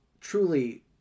truly